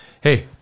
Hey